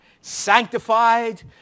Sanctified